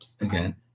Again